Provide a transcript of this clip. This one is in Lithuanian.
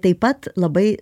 taip pat labai